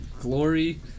glory